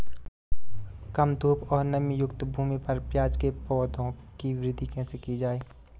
कम धूप और नमीयुक्त भूमि पर प्याज़ के पौधों की वृद्धि कैसे की जाए?